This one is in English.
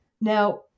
now